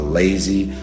lazy